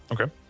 Okay